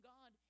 God